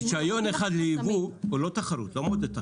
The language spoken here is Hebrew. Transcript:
רישיון אחד לייבוא זה לא תחרות.